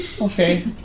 Okay